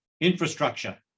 infrastructure